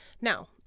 Now